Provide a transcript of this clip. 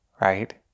right